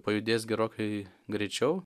pajudės gerokai greičiau